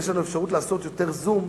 ויש לנו אפשרות לעשות יותר זום,